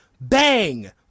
bang